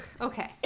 okay